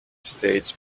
states